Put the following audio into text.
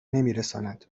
نمیرساند